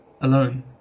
alone